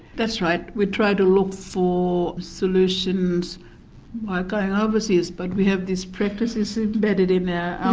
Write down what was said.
that's right we try to look for solutions going overseas but we have these practices embedded in our ah